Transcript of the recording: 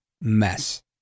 mess